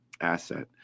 asset